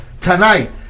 Tonight